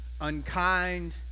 unkind